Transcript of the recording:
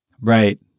Right